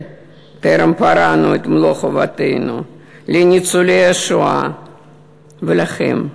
טרם פרענו את מלוא חובתנו לניצולי השואה ולכם,